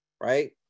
right